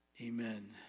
Amen